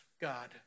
God